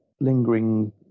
lingering